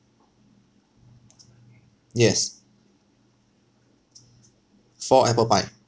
yes four apple pie